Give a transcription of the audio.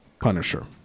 Punisher